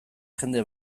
jende